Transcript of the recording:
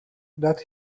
that